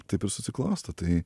taip ir susiklosto tai